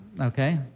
okay